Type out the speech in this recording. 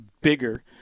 bigger